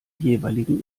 jeweiligen